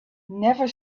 never